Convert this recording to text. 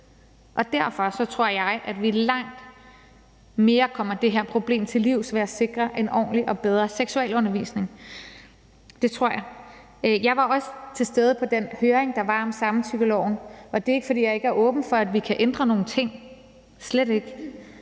Derfor tror jeg, at vi langt mere kommer det her problem til livs ved at sikre en ordentlig og bedre seksualundervisning. Det tror jeg. Jeg var også til stede på den høring, der var om samtykkeloven, og det er ikke, fordi jeg ikke er åben over for, at vi kan ændre nogle ting, slet ikke.